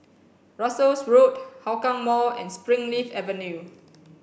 Russels Road Hougang Mall and Springleaf Avenue